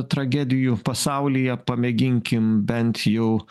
tragedijų pasaulyje pamėginkim bent jau